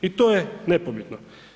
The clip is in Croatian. I to je nepobitno.